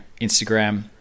Instagram